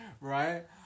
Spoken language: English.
Right